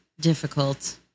difficult